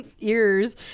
ears